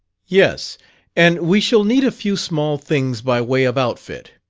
yes and we shall need a few small things by way of outfit.